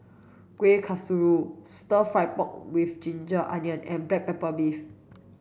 kuih kasturi stir fry pork with ginger onions and black pepper beef